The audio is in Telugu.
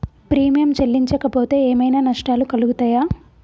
ప్రీమియం చెల్లించకపోతే ఏమైనా నష్టాలు కలుగుతయా?